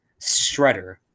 Shredder